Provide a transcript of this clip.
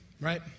right